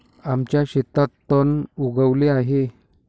आमच्या शेतात तण उगवले आहे